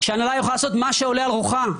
שההנהלה יכולה לעשות ככל שעולה על רוחה?